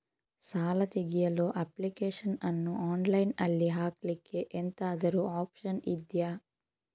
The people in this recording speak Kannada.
ಸಾಲ ತೆಗಿಯಲು ಅಪ್ಲಿಕೇಶನ್ ಅನ್ನು ಆನ್ಲೈನ್ ಅಲ್ಲಿ ಹಾಕ್ಲಿಕ್ಕೆ ಎಂತಾದ್ರೂ ಒಪ್ಶನ್ ಇದ್ಯಾ?